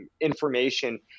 information